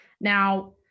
now